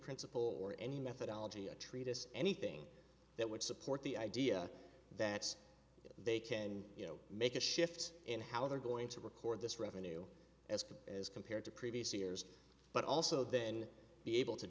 principle or any methodology a treatise anything that would support the idea that they can you know make a shift in how they're going to record this revenue as good as compared to previous years but also then be able to